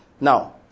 Now